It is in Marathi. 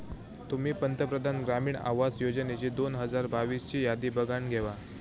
तुम्ही पंतप्रधान ग्रामीण आवास योजनेची दोन हजार बावीस ची यादी बघानं घेवा